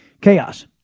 Chaos